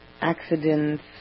accidents